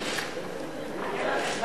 לרשותך